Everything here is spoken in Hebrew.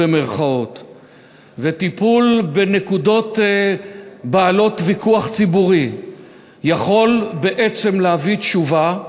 וטיפול בנקודות של ויכוח ציבורי בעצם להביא תשובה,